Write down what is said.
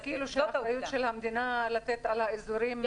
זה אומר כאילו שהאחריות של המדינה לתת לאזורים.